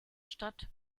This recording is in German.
stadt